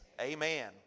Amen